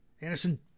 Anderson